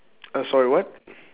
err sorry what